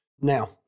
Now